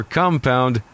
compound